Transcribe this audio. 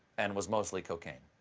and was mostly cocaine.